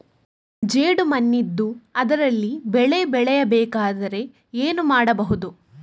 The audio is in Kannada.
ಜೇಡು ಮಣ್ಣಿದ್ದು ಅದರಲ್ಲಿ ಬೆಳೆ ಬೆಳೆಯಬೇಕಾದರೆ ಏನು ಮಾಡ್ಬಹುದು?